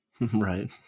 Right